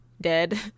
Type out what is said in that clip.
Dead